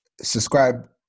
subscribe